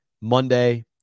Monday